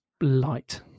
light